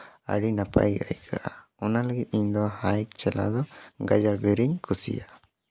ᱟᱹᱰᱤ ᱱᱟᱯᱟᱭ ᱟᱹᱭᱠᱟᱹᱜᱼᱟ ᱚᱱᱟ ᱞᱟᱹᱜᱤᱫ ᱤᱧ ᱫᱚ ᱦᱟᱭᱤᱠ ᱪᱟᱞᱟᱜ ᱫᱚ ᱜᱟᱡᱟᱲ ᱵᱤᱨ ᱤᱧ ᱠᱩᱥᱤᱭᱟᱜᱼᱟ